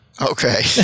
Okay